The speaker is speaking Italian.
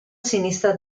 sinistra